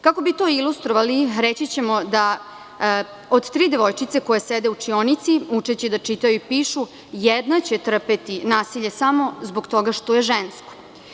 Kako bi to ilustrovali reći ćemo da od tri devojčice koje sede u učionici učeći da čitaju i pišu, jedna će trpeti nasilje samo zbog toga što je žensko.